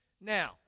Now